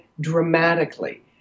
dramatically